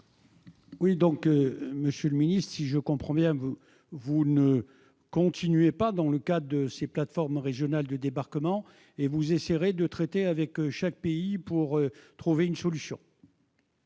réplique. Monsieur le ministre, si je comprends bien, vous n'irez pas plus loin avec les plateformes régionales de débarquement et vous essayerez de traiter avec chaque pays pour trouver une solution ?